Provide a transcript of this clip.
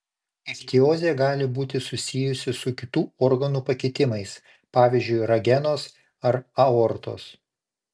ichtiozė gali būti susijusi su kitų organų pakitimais pavyzdžiui ragenos ar aortos